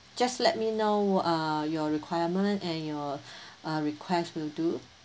just let me know err your requirement and your uh request will do